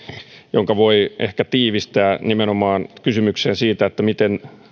jonka voi ehkä tiivistää nimenomaan kysymykseen siitä miten